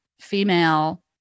female